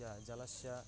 ज जलस्य